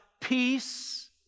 peace